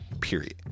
period